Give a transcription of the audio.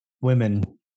women